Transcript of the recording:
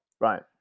right